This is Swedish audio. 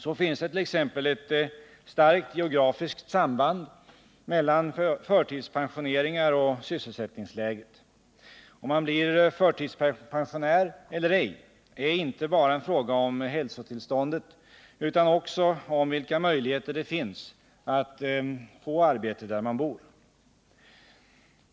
Så finns det t.ex. ett starkt geografiskt samband mellan förtidspensioneringar och sysselsättningsläget. Om man blir förtidspensionär eller ej är inte bara en fråga om hälsotillståndet utan också om vilka möjligheter det finns att få arbete där man bor.